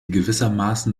gewissermaßen